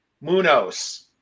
Munoz